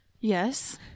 Yes